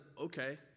okay